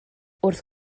wrth